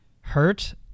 hurt